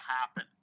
happen